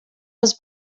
was